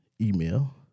Email